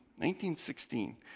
1916